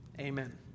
Amen